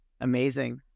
Amazing